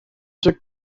took